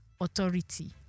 authority